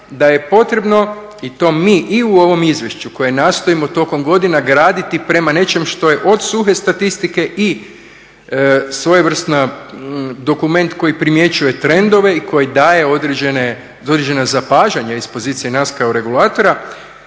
da je potrebno i to mi i u ovom izvješću koje nastojimo tokom godinama graditi prema nečem što je od suhe statistike i svojevrstan dokument koji primjećuje trendove i koji daje određena zapažanja iz pozicije nas regulatora.